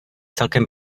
celkem